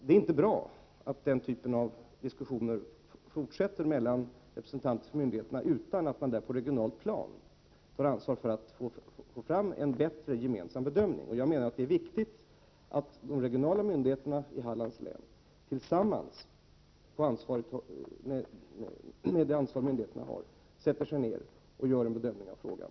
Det är inte bra att den typen av diskussioner fortsätter mellan representanter för olika myndigheter. Dessutom är det inte bra att man inte tar ett ansvar på det regionala planet för att en bättre gemensam bedömning görs. Jag menar att det är viktigt att representanter för de regionala myndigheterna i Hallands län tillsammans, och med det ansvar som åligger dessa, sätter sig ned och gör en bedömning av frågan.